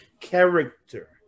character